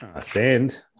sand